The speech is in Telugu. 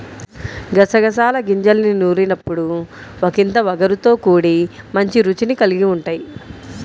గసగసాల గింజల్ని నూరినప్పుడు ఒకింత ఒగరుతో కూడి మంచి రుచిని కల్గి ఉంటయ్